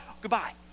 Goodbye